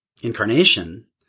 incarnation